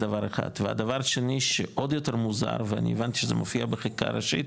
הדבר השני שעוד יותר מוזר ואני הבנתי שזה מופיע בחקיקה הראשית